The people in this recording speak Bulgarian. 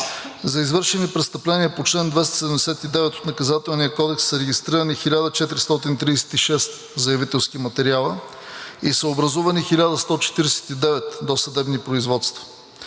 За извършени престъпления по чл. 279 от Наказателния кодекс са регистрирани 1436 заявителски материала и са образувани 1149 досъдебни производства,